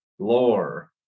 lore